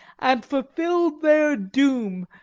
and fulfil their doom,